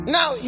Now